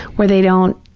where they don't,